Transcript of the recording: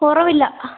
കുറവില്ല